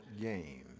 game